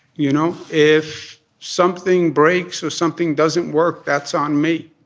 you know, if something breaks or something doesn't work, that's on me.